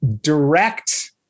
direct